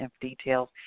details